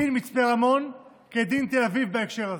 דין מצפה רמון כדין תל אביב בהקשר הזה.